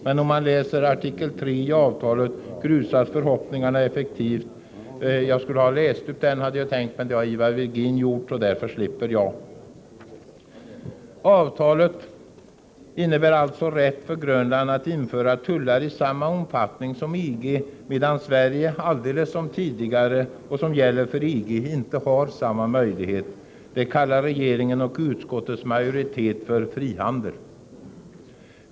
Men om man läser artikel 3 i avtalet grusas förhoppningarna effektivt. Jag hade tänkt läsa upp den, men det har Ivar Virgin redan gjort, och därför slipper jag. Avtalet innebär alltså rätt för Grönland att införa tullar i samma omfattning som EG, medan Sverige alldeles som tidigare — och som gäller för EG -— inte har samma möjlighet. Det kallar regeringen och utskottets majoritet för frihandel.